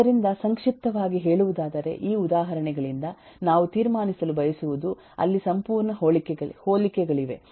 ಆದ್ದರಿಂದ ಸಂಕ್ಷಿಪ್ತವಾಗಿ ಹೇಳುವುದಾದರೆ ಈ ಉದಾಹರಣೆಗಳಿಂದ ನಾವು ತೀರ್ಮಾನಿಸಲು ಬಯಸುವುದು ಇಲ್ಲಿ ಸಂಪೂರ್ಣ ಹೋಲಿಕೆಗಳಿವೆ